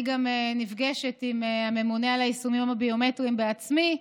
אני גם נפגשת עם הממונה על היישומים הביומטריים בעצמי,